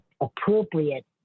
appropriate